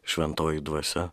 šventoji dvasia